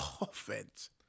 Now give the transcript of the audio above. offense